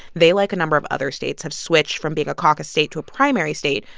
they, like a number of other states, have switched from being a caucus state to a primary state.